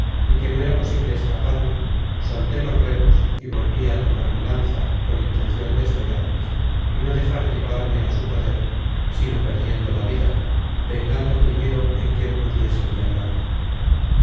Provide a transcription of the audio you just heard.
y que no era posible escaparme solté los remos y volví á tomar mi lanza con intencion de esperarles y no dejar llevarme á su poder sino perdiendo la vida vengando primero en quien pudiese mi agravio